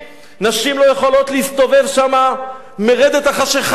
נשים לא יכולות להסתובב שם מרדת החשכה.